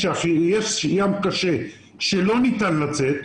כשיש ים קשה שלא ניתן לצאת,